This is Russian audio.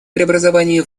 преобразований